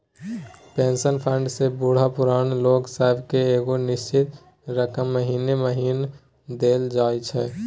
pension fund सँ बूढ़ पुरान लोक सब केँ एगो निश्चित रकम महीने महीना देल जाइ छै